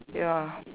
ya